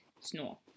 snore